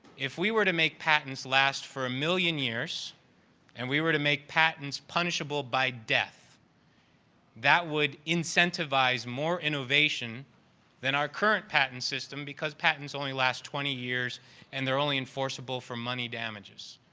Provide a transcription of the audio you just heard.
if we were to make patents last for a million years and we were to make patents punishable by death that would incentivize more innovation than our current patent system because patents only last twenty years and they're enforceable for money damages.